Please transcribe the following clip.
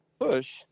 push